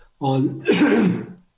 on